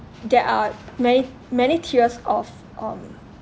there are many many tiers of um